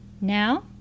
Now